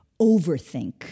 overthink